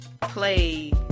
play